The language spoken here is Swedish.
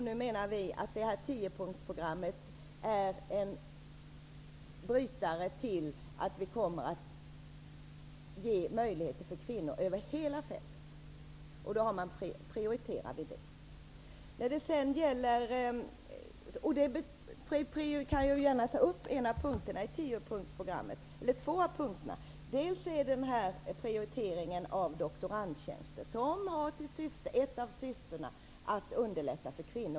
Nu menar vi att tiopunktsprogrammet innebär en brytning, så att vi kommer att ge möjligheter för kvinnor över hela fältet. Då prioriterar vi det. Jag vill ta upp två punkter i tiopunktsprogrammet. För det första är det en prioritering av doktorandtjänster, som har som ett av sina syften att underlätta för kvinnor.